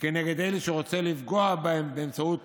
נגד אלו שהוא רוצה לפגוע בהם באמצעות